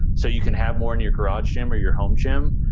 so you can have more in your garage gym or your home gym.